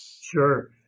Sure